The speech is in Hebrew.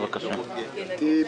לא היה רוב, אדוני.